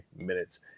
minutes